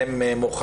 ויש לו גם